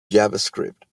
javascript